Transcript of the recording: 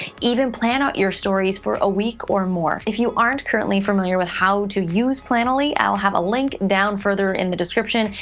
even plan out your stories, for a week or more. if you aren't currently familiar with how to use planoly, i'll have a link down further in the description,